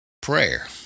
prayer